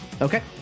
Okay